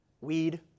weed